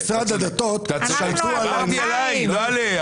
תנו לי קרדיט, אחוז אחד אולי אני אומר דבר חכמה?